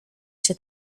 się